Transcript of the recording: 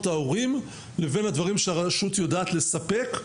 ההורים לבין הדברים שהרשות יודעת לספק,